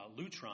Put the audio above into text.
lutron